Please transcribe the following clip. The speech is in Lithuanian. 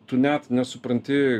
tu net nesupranti